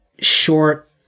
short